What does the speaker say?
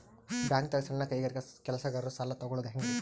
ಬ್ಯಾಂಕ್ದಾಗ ಸಣ್ಣ ಕೈಗಾರಿಕಾ ಕೆಲಸಗಾರರು ಸಾಲ ತಗೊಳದ್ ಹೇಂಗ್ರಿ?